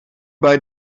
bei